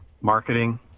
Marketing